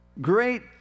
great